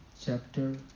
chapter